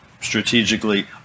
strategically